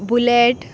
bullet